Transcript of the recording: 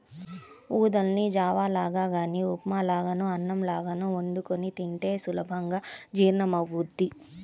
ఊదల్ని జావ లాగా గానీ ఉప్మా లాగానో అన్నంలాగో వండుకొని తింటే సులభంగా జీర్ణమవ్వుద్ది